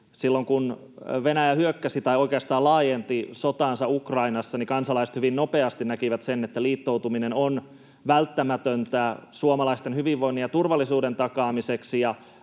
Silloin, kun Venäjä hyökkäsi tai oikeastaan laajensi sotaansa Ukrainassa, kansalaiset hyvin nopeasti näkivät sen, että liittoutuminen on välttämätöntä suomalaisten hyvinvoinnin ja turvallisuuden takaamiseksi.